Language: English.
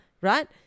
right